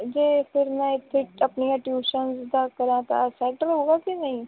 ਜੇ ਫਿਰ ਮੈਂ ਇੱਥੇ ਆਪਣੀਆਂ ਟਿਊਸ਼ਨ ਦਾ ਕਰਾਂ ਤਾਂ ਸੈਟਲ ਹੋਵਾ ਕਿ ਨਹੀਂ